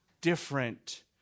different